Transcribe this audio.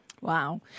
Wow